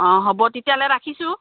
অঁ হ'ব তেতিয়াহ'লে ৰাখিছোঁ